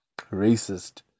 racist